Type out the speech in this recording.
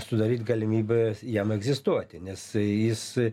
sudaryt galimybes jam egzistuoti nes jis